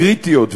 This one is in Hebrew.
קריטיות,